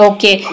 Okay